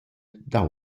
dad